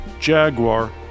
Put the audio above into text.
Jaguar